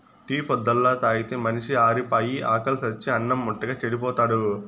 tea పొద్దల్లా తాగితే మనిషి ఆరిపాయి, ఆకిలి సచ్చి అన్నిం ముట్టక చెడిపోతాడు